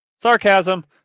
sarcasm